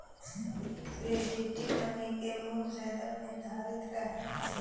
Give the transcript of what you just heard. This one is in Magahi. रिप्रेजेंटेटिव मनी के मूल्य सदैव निर्धारित रहऽ हई